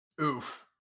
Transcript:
Oof